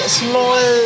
small